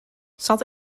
zat